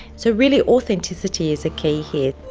so really authenticity is a key here.